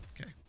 Okay